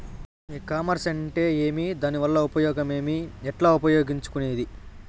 ఈ కామర్స్ అంటే ఏమి దానివల్ల ఉపయోగం ఏమి, ఎట్లా ఉపయోగించుకునేది?